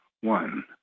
one